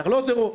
לארלוזורוב,